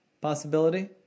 possibility